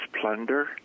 plunder